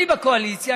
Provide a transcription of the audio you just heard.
אני בקואליציה,